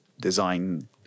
design